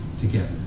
together